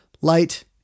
Light